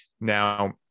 Now